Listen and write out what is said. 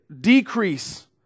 decrease